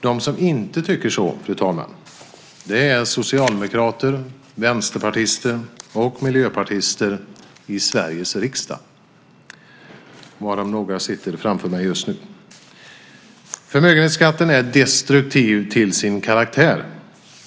De som inte tycker så, fru talman, är socialdemokrater, vänsterpartister och miljöpartister i Sveriges riksdag, varav några sitter framför mig just nu. Förmögenhetsskatten är destruktiv till sin karaktär.